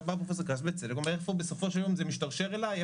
משום שאני כמעט לא זוכר אירועים שבמכבי היה בעיות בפינוי של חולים.